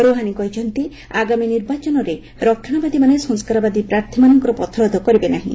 Rouhani କହିଛନ୍ତି ଆଗାମୀ ନିର୍ବାଚନରେ ରକ୍ଷଣବାଦୀମାନେ ସଂସ୍କାରବାଦୀ ପ୍ରାର୍ଥୀମାନଙ୍କ ପଥରୋଧ କରିବେ ନାହିଁ